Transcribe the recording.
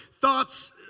thoughts